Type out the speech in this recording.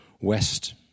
west